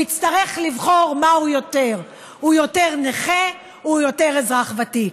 יצטרך לבחור מה הוא יותר: הוא יותר נכה או יותר אזרח ותיק?